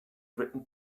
written